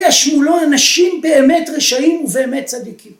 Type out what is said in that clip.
‫יש מולו אנשים באמת רשעים ‫ובאמת צדיקים.